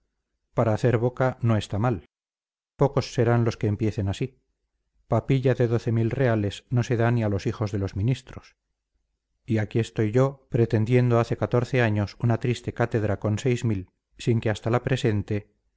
para hacer boca no está mal pocos serán los que empiecen así papilla de doce mil reales no se da ni a los hijos de los ministros y aquí estoy yo pretendiendo hace catorce años una triste cátedra con seis mil sin que hasta la presente